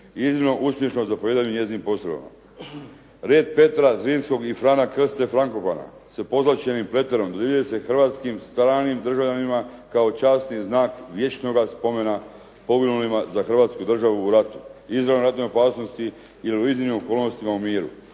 iznimno uspješnom zapovijedanju njezinim postrojbama. "Red Petra Zrinskog i Frana Krste Frankopana" sa pozlaćenim pleterom dodjeljuje se hrvatskim i stranim državljanima kao časni znak vječnoga spomena poginulima za Hrvatsku državu u ratu, izravnoj ratnoj opasnosti ili u iznimnim okolnostima u miru.